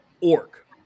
orc